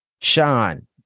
Sean